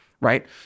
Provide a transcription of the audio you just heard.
right